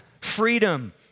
Freedom